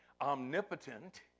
omnipotent